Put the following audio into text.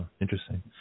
interesting